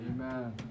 Amen